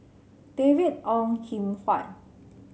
David Ong Kim Huat